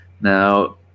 Now